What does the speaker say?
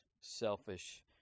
selfish